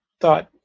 thought